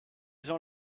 gens